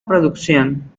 producción